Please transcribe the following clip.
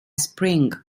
spring